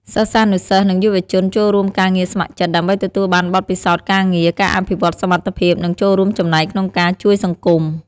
សិស្សានុសិស្ស និងយុវជនចូលរួមការងារស្ម័គ្រចិត្ត ដើម្បីទទួលបានបទពិសោធន៍ការងារ ការអភិវឌ្ឍសមត្ថភាព និងចូលរួមចំណែកក្នុងការជួយសង្គម។